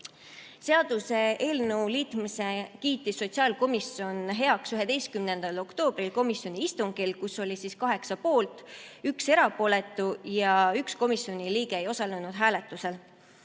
Seaduseelnõu liitmise kiitis sotsiaalkomisjon heaks 11. oktoobril komisjoni istungil, kus 8 oli poolt, 1 erapooletu ja 1 komisjoni liige ei osalenud hääletusel.